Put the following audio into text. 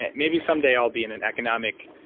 and maybe someday i'll be in an economic